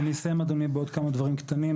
אני אסיים, אדוני, בעוד כמה דברים קטנים.